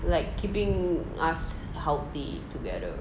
like keeping us healthy together